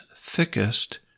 thickest